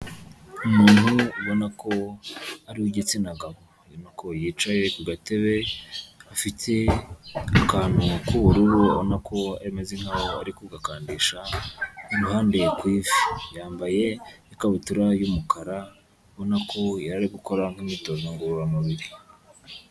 Umuntu ubona ko ari uw'igitsina gabo. Ubona ko yicaye ku gatebe, afite akantu k'ubururu, ubona ko ameze nkaho yari ari kugakandisha iruhande ku ivi. Yambaye ikabutura y'umukara, ubona ko yari ari gukora nk'imyitozo ngororamubiri.